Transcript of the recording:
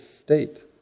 state